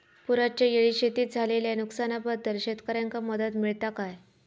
पुराच्यायेळी शेतीत झालेल्या नुकसनाबद्दल शेतकऱ्यांका मदत मिळता काय?